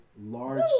large